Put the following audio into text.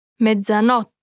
Mezzanotte